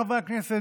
חברי הכנסת,